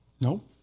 No